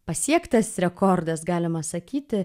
pasiektas rekordas galima sakyti